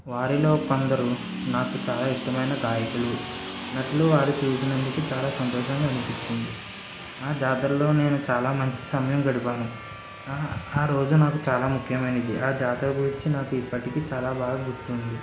వారిలో కొందరు నాకు చాలా ఇష్టమైన గాయకులు నటులు వారు చూసినందుకు చాలా సంతోషంగా అనిపించింది ఆ జాతరలో నేను చాలా మంచి సమయం గడిపాను ఆరోజు నాకు చాలా ముఖ్యమైనది ఆ జాతర గురించి నాకు ఇప్పటికీ చాలా బాగా గుర్తుంది